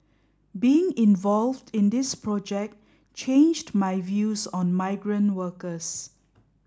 being involved in this project changed my views on migrant workers